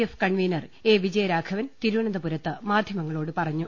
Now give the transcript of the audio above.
F convener A Vijayaraghavan തിരുവനന്തപുരത്ത് മാധ്യമങ്ങളോട് പറഞ്ഞു